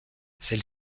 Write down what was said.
celle